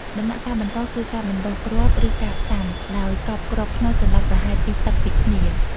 ដំណាក់កាលបន្តគឺការបណ្តុះគ្រាប់ ឬការផ្សាំ ដោយកប់គ្រាប់ខ្នុរចន្លោះប្រហែល ២ តឹកពីគ្នា។